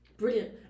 Brilliant